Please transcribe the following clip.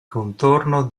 contorno